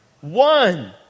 One